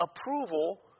approval